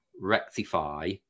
rectify